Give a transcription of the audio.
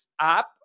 app